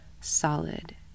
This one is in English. solid